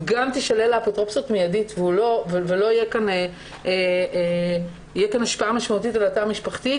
גם תישלל האפוטרופסות מידי ותהיה השפעה משמעותית על התא המשפחתי,